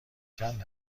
چند